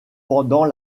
pendant